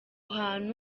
hantu